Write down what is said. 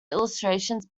illustrations